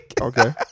Okay